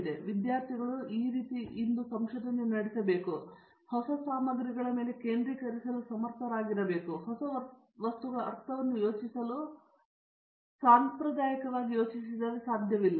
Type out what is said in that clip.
ಆದ್ದರಿಂದ ಇಂದು ವಿದ್ಯಾರ್ಥಿ ಸಂಶೋಧನೆ ಏನು ವಿದ್ಯಾರ್ಥಿಗಳು ಈ ಹೊಸ ಸಾಮಗ್ರಿಗಳ ಮೇಲೆ ಕೇಂದ್ರೀಕರಿಸಲು ಸಮರ್ಥರಾಗಿರಬೇಕು ಮತ್ತು ಅವರು ಹೊಸ ವಸ್ತುಗಳ ಅರ್ಥವನ್ನು ಯೋಚಿಸಲು ಸಾಧ್ಯವಿಲ್ಲ ಎಂದು ಸಾಂಪ್ರದಾಯಿಕವಾಗಿ ಭಾವಿಸಲಾಗಿದೆ